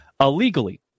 illegally